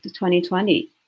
2020